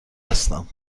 هستم